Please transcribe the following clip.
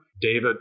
David